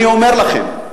אני אומר לכם,